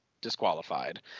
disqualified